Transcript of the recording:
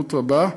במהירות רבה.